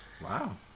Wow